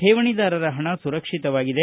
ಕೇವಣಿದಾರರ ಹಣ ಸುರಕ್ಷಿತವಾಗಿದೆ